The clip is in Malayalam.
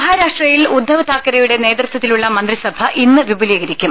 മഹാരാഷ്ട്രയിൽ ഉദ്ദവ് താക്കറെയുടെ നേതൃത്വത്തിലുള്ള മന്ത്രിസഭ ഇന്ന് വിപുലീകരിക്കും